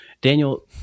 Daniel